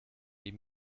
les